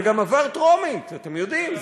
זה גם עבר טרומית, אתם יודעים.